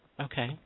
Okay